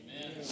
Amen